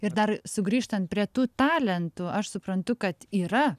ir dar sugrįžtant prie tų talentų aš suprantu kad yra